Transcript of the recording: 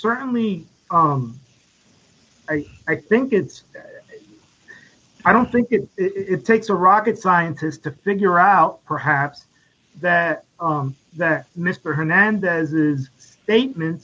certainly i think it's i don't think it it takes a rocket scientist to figure out perhaps that that mr hernandez is statement